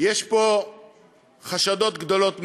יש פה חשדות גדולים מאוד.